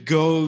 go